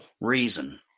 reason